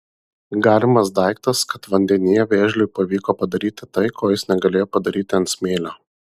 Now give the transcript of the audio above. galimas daiktas kad vandenyje vėžliui pavyko padaryti tai ko jis negalėjo padaryti ant smėlio